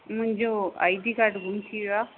मुंहिंजो I D card गुम थी वियो आहे